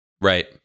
Right